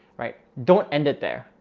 right? don't end it there.